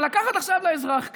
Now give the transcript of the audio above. אבל לקחת עכשיו לאזרח כלי,